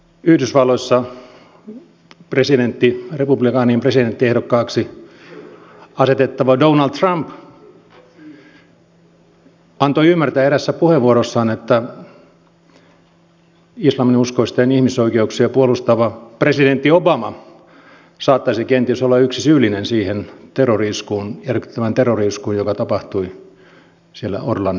yhdysvalloissa republikaanien presidenttiehdokkaaksi asetettava donald trump antoi ymmärtää eräässä puheenvuorossaan että islaminuskoisten ihmisoikeuksia puolustava presidentti obama saattaisi kenties olla yksi syyllinen siihen järkyttävään terrori iskuun joka tapahtui siellä orlandossa